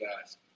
guys